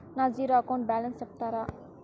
నా zero account balance సెప్తారా?